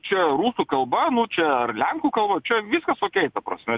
čia rusų kalba nu čia ar lenkų kalba čia viskas okėj ta prasme